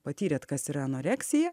patyrėt kas yra anoreksija